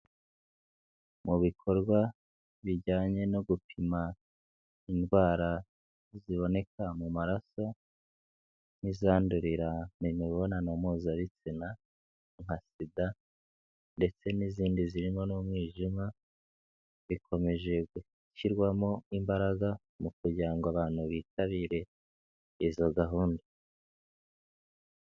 Mu bikorwa bijyanye no gupima indwara ziboneka mu maraso, nk'izandurira mu imibonano mpuzabitsina, nka SIDA ndetse n'izindi zirimo n'umwijima bikomeje gushyirwamo imbaraga mu kugira ngo abantu bitabire izo gahunda.